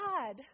God